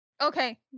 Okay